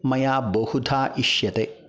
मया बहुधा इष्यते